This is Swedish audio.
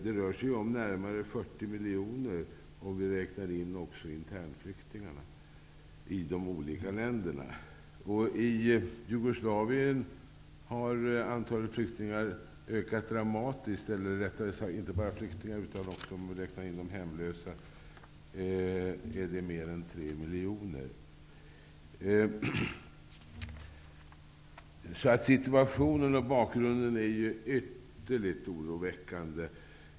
Det rör sig om närmare 40 miljoner om vi räknar in också internflyktingarna i de olika länderna. I Jugoslavien har antalet flyktingar ökat drama tiskt. Om man räknar in också de hemlösa är det mer än tre miljoner. Situationen och bakgrunden är alltså ytterligt oroväckande.